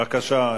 בבקשה,